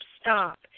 stop